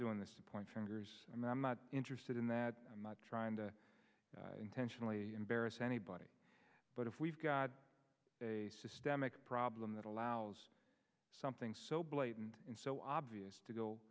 doing this point fingers i'm not interested in that i'm not trying to intentionally embarrass anybody but if we've got a systemic problem that allows something so blatant and so obvious to go